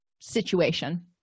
situation